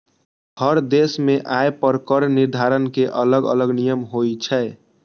हर देश मे आय पर कर निर्धारण के अलग अलग नियम होइ छै